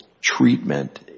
treatment